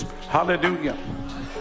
hallelujah